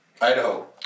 Idaho